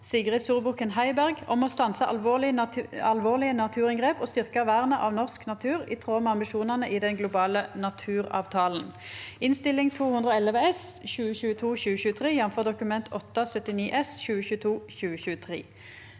Sigrid Zurbuchen Heiberg om å stanse alvorlige naturinngrep og styrke ver- net av norsk natur i tråd med ambisjonene i den globale naturavtalen (Innst. 211 S (2022–2023), jf. Dokument 8:79 S (2022–2023))